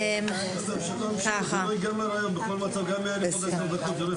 לפני כן,